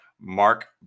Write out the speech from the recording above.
Mark